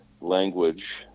language